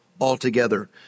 altogether